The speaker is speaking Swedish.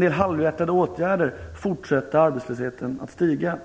del halvhjärtade åtgärder fortsatte arbetslösheten att stiga.